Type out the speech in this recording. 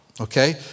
Okay